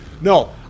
no